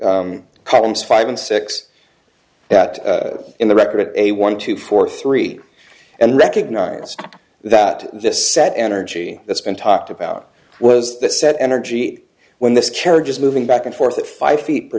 columns five and six that in the record a one two four three and recognize that this set energy that's been talked about was that said energy when this carriage is moving back and forth five feet per